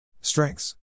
Strengths